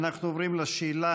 אנחנו עוברים לשאלה